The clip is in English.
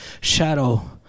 shadow